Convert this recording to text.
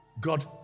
God